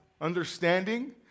understanding